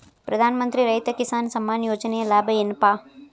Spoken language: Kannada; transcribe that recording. ಪ್ರಧಾನಮಂತ್ರಿ ರೈತ ಕಿಸಾನ್ ಸಮ್ಮಾನ ಯೋಜನೆಯ ಲಾಭ ಏನಪಾ?